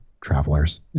travelers